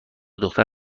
دختر